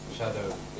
shadow